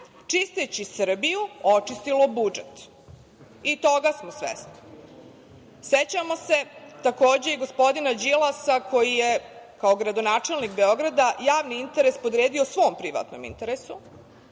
čisteći Srbiju očistilo budžet. I toga smo svesni.Sećamo se, takođe, i gospodina Đilasa, koji je, kao gradonačelnik Beograda, javni interes podredio svom privatnom interesu,